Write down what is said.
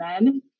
men